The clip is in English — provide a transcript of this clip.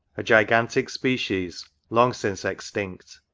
a gigantic species long since extinct.